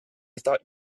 thought